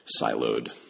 siloed